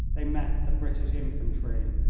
they met the british infantry.